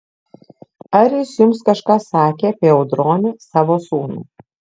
ar jis jums kažką sakė apie audronę savo sūnų